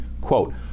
quote